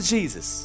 Jesus